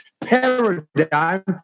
paradigm